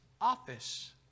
office